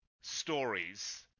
stories